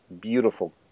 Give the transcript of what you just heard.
beautiful